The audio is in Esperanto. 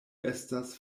estas